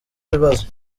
ibibazo